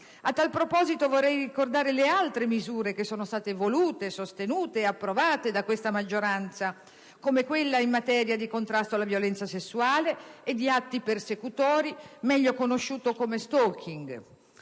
A tal proposito, vorrei ricordare le altre misure che sono state volute, sostenute e approvate da questa maggioranza, come quella in materia di contrasto alla violenza sessuale e di atti persecutori, meglio conosciuto come *stalking*.